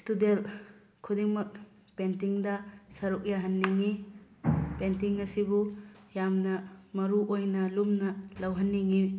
student ꯈꯨꯗꯤꯡꯃꯛ ꯄꯦꯟꯇꯤꯡꯗ ꯁꯔꯨꯛ ꯌꯥꯍꯟꯅꯤꯡꯉꯤ ꯄꯦꯟꯇꯤꯡ ꯑꯁꯤꯕꯨ ꯌꯥꯝꯅ ꯃꯔꯨ ꯑꯣꯏꯅ ꯂꯨꯝꯅ ꯂꯧꯍꯟꯅꯤꯡꯉꯤ